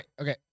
okay